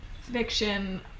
fiction